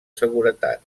seguretat